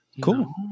Cool